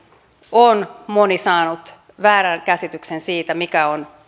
on moni saanut väärän käsityksen siitä mikä on